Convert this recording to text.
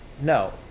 no